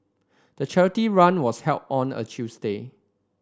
the charity run was held on a Tuesday